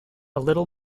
little